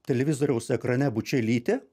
televizoriaus ekrane bučelytė